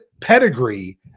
pedigree